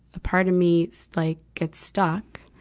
a part of me like gets stuck,